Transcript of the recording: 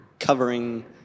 Covering